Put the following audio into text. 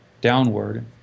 downward